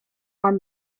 are